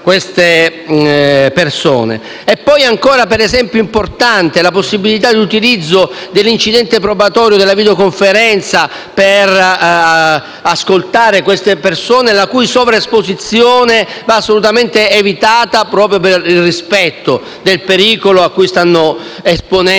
Ancora, è importante la possibilità di utilizzo dell'incidente probatorio e della videoconferenza per ascoltare queste persone, la cui sovraesposizione va assolutamente evitata proprio per il rispetto del pericolo cui stanno esponendo